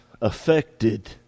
affected